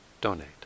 donate